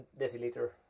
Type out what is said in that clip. deciliter